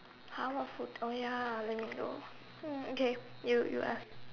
!huh! what food oh ya let me do um okay you you ask